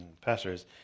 pastors